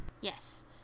Yes